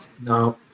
no